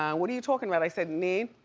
um what are you talking about? i said, nene,